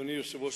אדוני היושב-ראש,